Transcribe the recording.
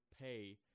pay